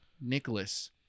Nicholas